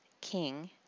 King